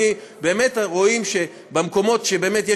רואים שבמקומות שבאמת יש